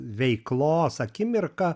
veiklos akimirka